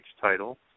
title